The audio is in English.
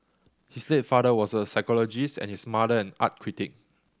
his late father was a psychologist and his mother an art critic